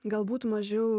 galbūt mažiau